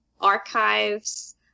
archives